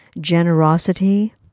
generosity